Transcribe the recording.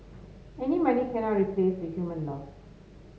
any money cannot replace the human loss